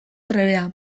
trebea